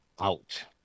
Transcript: out